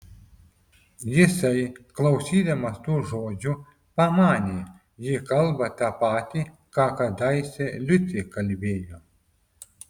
jisai klausydamas tų žodžių pamanė ji kalba ta patį ką kadaise liucė kalbėjo